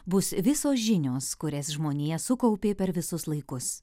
bus visos žinios kurias žmonija sukaupė per visus laikus